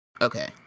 Okay